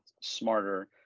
smarter